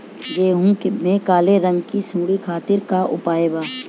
गेहूँ में काले रंग की सूड़ी खातिर का उपाय बा?